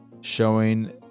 showing